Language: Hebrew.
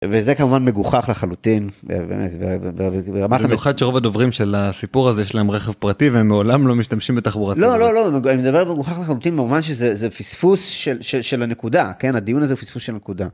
וזה כמובן מגוחך לחלוטין. במיוחד שרוב הדוברים של הסיפור הזה יש להם רכב פרטי והם מעולם לא משתמשים בתחבורה ציבורית. לא לא לא אני מדבר מגוחך לחלוטין במובן שזה פספוס של הנקודה, כן, הדיון הזה הוא פספוס של הנקודה.